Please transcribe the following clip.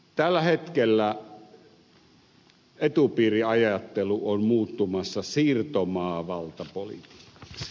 tällä hetkellä etupiiriajattelu on muuttumassa siirtomaavaltapolitiikaksi